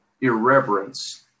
irreverence